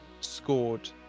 scored